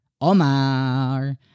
Omar